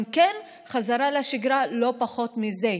גם כן חזרה לשגרה, לא פחות מזה.